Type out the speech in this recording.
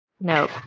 no